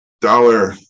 dollar